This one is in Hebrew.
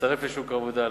להצטרף לשוק העבודה,